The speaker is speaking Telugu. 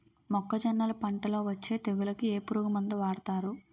మొక్కజొన్నలు పంట లొ వచ్చే తెగులకి ఏ పురుగు మందు వాడతారు?